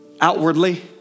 Outwardly